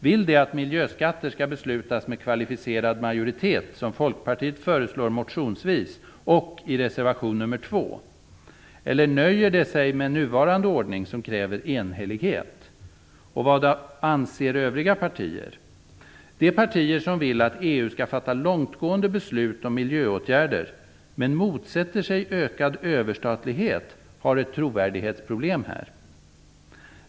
Vill de att miljöskatter skall beslutas med kvalificerad majoritet, som Folkpartiet föreslår motionsvis och i reservation nr 2, eller nöjer de sig med nuvarande ordning, som kräver enhällighet? Och vad anser övriga partier? De partier som vill att EU skall fatta långtgående beslut om miljöåtgärder men motsätter sig ökad överstatlighet har här ett trovärdighetsproblem.